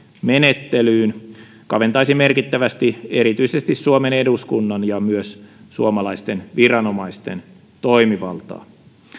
menettelyyn kaventaisi merkittävästi erityisesti suomen eduskunnan ja myös suomalaisten viranomaisten toimivaltaa